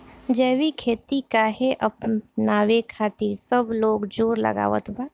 जैविक खेती काहे अपनावे खातिर सब लोग जोड़ लगावत बा?